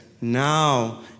now